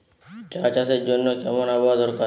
চা চাষের জন্য কেমন আবহাওয়া দরকার?